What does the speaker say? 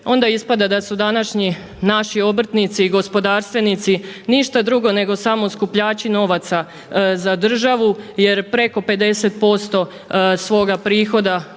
onda ispada da su današnji naši obrtnici i gospodarstvenici ništa drugo nego samo skupljači novaca za državu jer preko 50% svoga prihoda